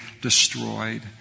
destroyed